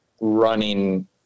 running